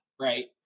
right